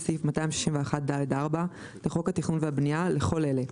סעיף 261(ד)(4) לחוק התכנון והבנייה לכל אלה: